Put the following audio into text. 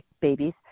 babies